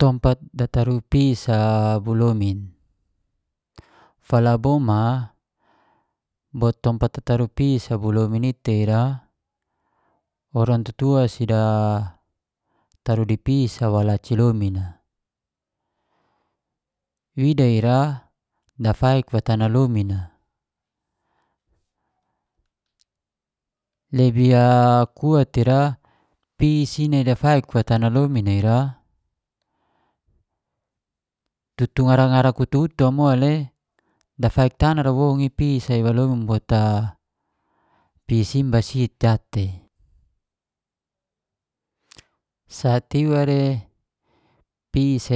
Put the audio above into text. Tompat dataru pis abo lomin, falaboma bot tompat tataru pis a bo lomin i tei ira orang tatua si da dataru di pis a bo laci lomin a, wida ira dafaik wa tanah lomin a, lebih kuat ira pis i nai dafai tanah lomin a ira tutu ngarak utu-utu mole dafaik tanah ra woun i pis wa lomin, pis i basit jatei. Sate i ware pis